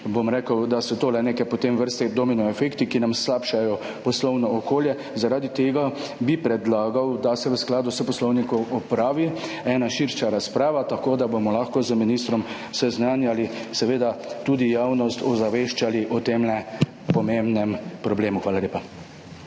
bom rekel, da so potem to le neke vrste domino efekti, ki nam slabšajo poslovno okolje. Zaradi tega bi predlagal, da se v skladu s poslovnikom opravi ena širša razprava, tako da bomo lahko z ministrom seznanjali, tudi javnost ozaveščali o tem pomembnem problemu. Hvala lepa.